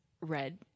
Red